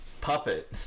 Puppet